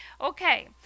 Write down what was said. okay